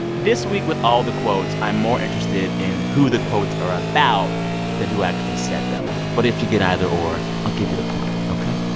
this week, with all the quotes, i'm more interested in who the quotes are about than who actually said them. but if you get either or, i'll give you the point, ok?